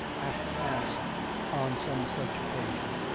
after mass on some such occasion.